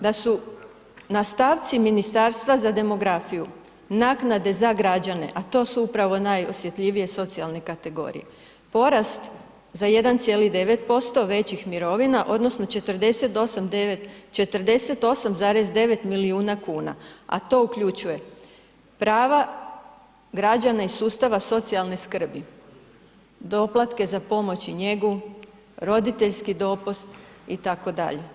Da su na stavci Ministarstva za demografiju naknada za građane a to su upravo najosjetljivije socijalne kategorije, porast za 1,9% većih mirovina odnosno 48,9 milijuna kuna a to uključuje prava građana iz sustava socijalne skrbi, doplatke za pomoć i njegu, roditeljski dopust itd.